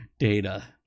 Data